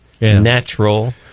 natural